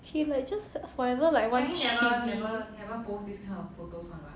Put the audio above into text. he like just forever like one chibi